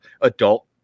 adult